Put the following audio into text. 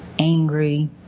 Angry